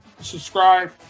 subscribe